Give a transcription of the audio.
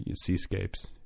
seascapes